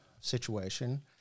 situation